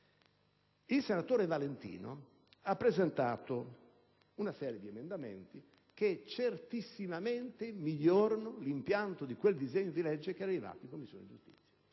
Il senatore Valentino ha presentato una serie di emendamenti che certissimamente migliorano l'impianto del disegno di legge arrivato in Commissione giustizia,